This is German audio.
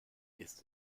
ist